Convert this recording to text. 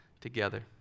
together